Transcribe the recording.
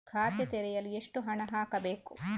ಖಾತೆ ತೆರೆಯಲು ಎಷ್ಟು ಹಣ ಹಾಕಬೇಕು?